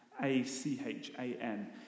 A-C-H-A-N